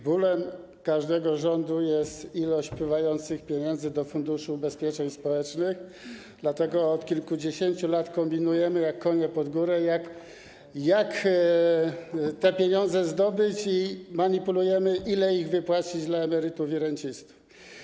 Bólem każdego rządu jest ilość pieniędzy wpływających do Funduszu Ubezpieczeń Społecznych, dlatego od kilkudziesięciu lat kombinujemy jak konie pod górę, jak te pieniądze zdobyć, i manipulujemy, ile ich wypłacić dla emerytów i rencistów.